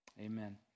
Amen